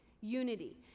unity